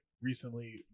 recently